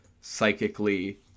psychically